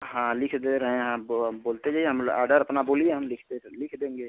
हाँ लिख दे रहें हैं आप बो बोलते जाइए हम आ ऑर्डर अपना बोलिए हम लिखते लिख देंगे